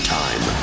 time